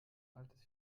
altes